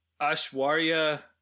Ashwarya